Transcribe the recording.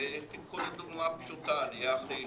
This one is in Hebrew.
קחו דוגמה פשוטה, אני אהיה הכי אישי,